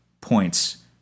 points